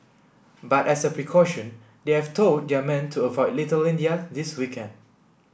but as a precaution they have told their men to avoid Little India this weekend